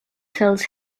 tells